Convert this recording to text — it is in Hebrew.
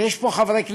ויש פה חברי כנסת,